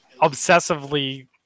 obsessively